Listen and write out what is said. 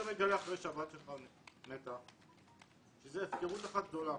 אחרי שהיא מתה אתה מגלה שזו הפקרות אחת גדולה.